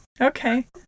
Okay